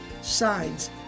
signs